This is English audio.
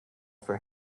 for